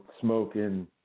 smoking